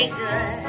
good